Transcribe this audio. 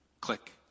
click